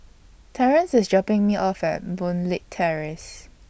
Terence IS dropping Me off At Boon Leat Terrace